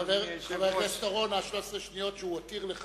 אדוני היושב-ראש?